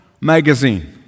magazine